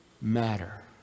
matter